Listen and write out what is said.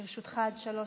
לרשותך עד שלוש